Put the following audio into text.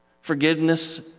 Forgiveness